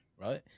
right